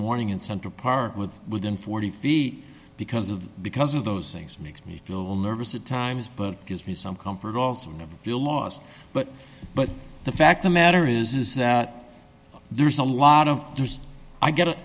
morning in central park with within forty feet because of because of those things makes me feel a little nervous at times but it gives me some comfort also feel lost but but the fact the matter is is that there's a lot of